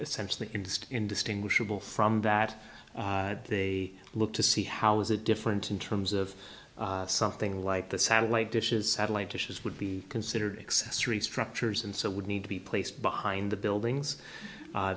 essentially induced indistinguishable from that they look to see how is it different in terms of something like the satellite dishes satellite dishes would be considered accessories structures and so would need to be placed behind the buildings